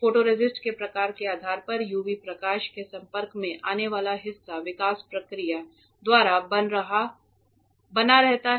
photoresist के प्रकार के आधार पर यूवी प्रकाश के संपर्क में आने वाला हिस्सा विकास प्रक्रिया द्वारा बना रहता है या हटा दिया जाता है